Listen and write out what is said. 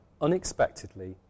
unexpectedly